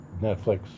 Netflix